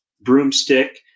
broomstick